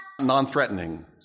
non-threatening